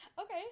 Okay